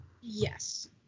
Yes